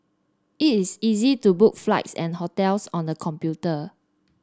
it is easy to book flights and hotels on the computer